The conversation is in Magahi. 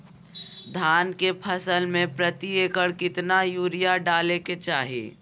धान के फसल में प्रति एकड़ कितना यूरिया डाले के चाहि?